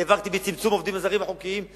נאבקתי לצמצום מספר העובדים הזרים החוקיים,